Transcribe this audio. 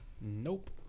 nope